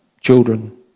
children